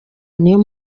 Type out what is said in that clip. niyo